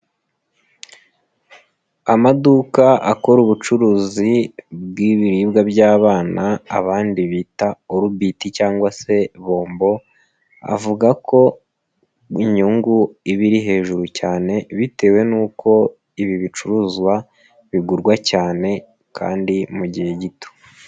Amaduka akora ubucuruzi bw'ibiribwa by'abana abandi bita orubiti cyangwa se bombo, avuga ko inyungu iba iri hejuru cyane bitewe n'uko ibi bicuruzwa bigurwa cyane kandi mu gihe gito.